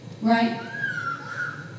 right